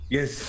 Yes